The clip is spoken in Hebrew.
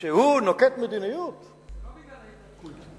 כשהוא נוקט מדיניות, זה לא בגלל ההתנתקות?